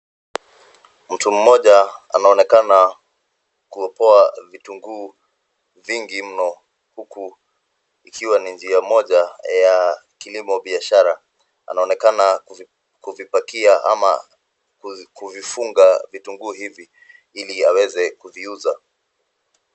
Mtu mmoja anaonekana kuopoa vitunguu vingi mno huku ikiwa ni njia moja ya kilimo biashara. Anaonekana kuvipakia ama kuvifunga vitunguu hivi ili aweze kuviuza.